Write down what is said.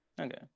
Okay